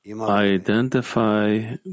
identify